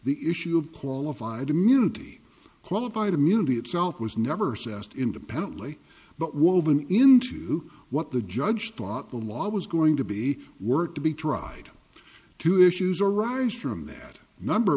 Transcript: the issue of qualified immunity qualified immunity itself was never sassed independently but woven into what the judge thought the law was going to be work to be tried to issues arise from that number